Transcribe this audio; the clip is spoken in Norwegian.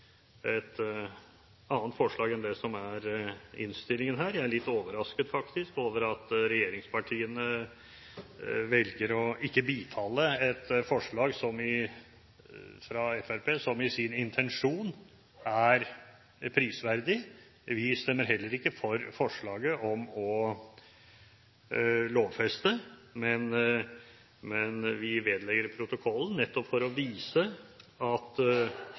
annet forslag enn det som er innstillingen her. Jeg er faktisk litt overrasket over at regjeringspartiene velger å ikke bifalle et forslag fra Fremskrittspartiet som i sin intensjon er prisverdig. Vi stemmer heller ikke for forslaget om å lovfeste, men foreslår at det vedlegges protokollen, nettopp for å vise at